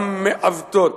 גם מעוותות.